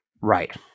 Right